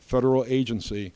federal agency